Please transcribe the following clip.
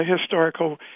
historical